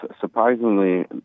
surprisingly